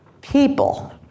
people